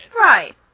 Right